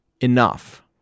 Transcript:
enough